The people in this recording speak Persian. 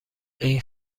این